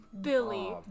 Billy